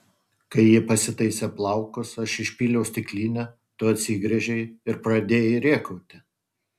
kai ji pasitaisė plaukus aš išpyliau stiklinę tu atsigręžei ir pradėjai rėkauti